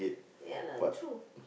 ya lah true